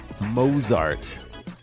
Mozart